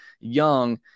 young